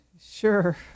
sure